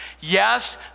Yes